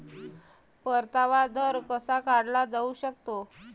परतावा दर कसा काढला जाऊ शकतो?